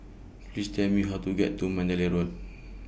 Please Tell Me How to get to Mandalay Road